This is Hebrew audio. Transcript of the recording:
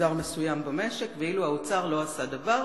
במגזר מסוים במשק, ואילו האוצר לא עשה דבר,